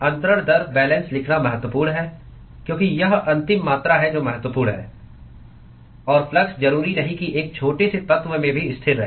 अंतरण दर बैलेंस लिखना महत्वपूर्ण है क्योंकि यह अंतिम मात्रा है जो महत्वपूर्ण है और फ्लक्स जरूरी नहीं कि एक छोटे से तत्व में भी स्थिर रहे